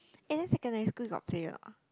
and then secondary school you got play or not